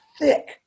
thick